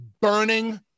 burning